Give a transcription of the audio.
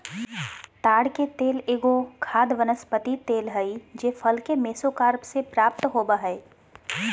ताड़ के तेल एगो खाद्य वनस्पति तेल हइ जे फल के मेसोकार्प से प्राप्त हो बैय हइ